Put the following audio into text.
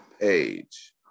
page